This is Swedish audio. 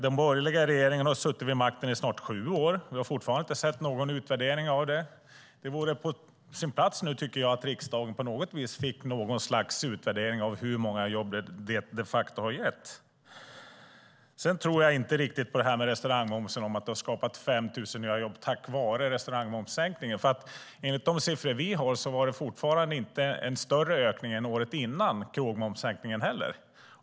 Den borgerliga regeringen har suttit vid makten i snart sju år, men vi har fortfarande inte sett någon utvärdering av det. Det vore på sin plats att riksdagen nu fick något slags utvärdering av hur många jobb satsningen de facto har gett. Sedan tror jag inte riktigt på att det tack vare restaurangmomssänkningen har skapats 5 000 jobb. Enligt de siffror vi har var det fortfarande inte en större ökning än året innan krogmomssänkningen.